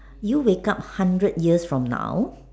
you wake up hundred years from now